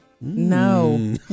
No